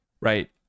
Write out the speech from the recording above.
right